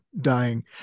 dying